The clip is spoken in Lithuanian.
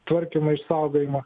tvarkymo išsaugojimo